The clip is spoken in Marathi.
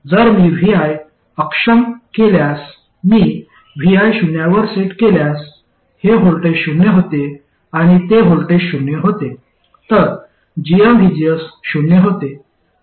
जर मी vi अक्षम केल्यास मी vi शून्यवर सेट केल्यास हे व्होल्टेज शून्य होते आणि ते व्होल्टेज शून्य होते तर gmvgs शून्य होते